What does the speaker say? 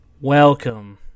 Welcome